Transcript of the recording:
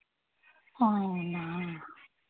అవునా